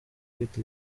kwita